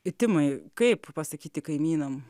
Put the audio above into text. timai kaip pasakyti kaimynam